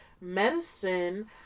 Medicine